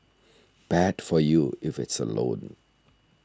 bad for you if it's a loan